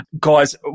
Guys